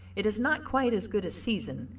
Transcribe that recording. it is not quite as good a season,